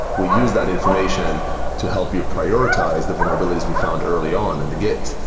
we use that information to help you prioritize the vulnerabilities we found early on in the git,